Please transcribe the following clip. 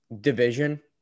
division